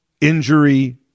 injury